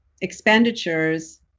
expenditures